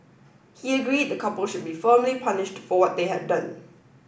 he agreed the couple should be firmly punished for what they had done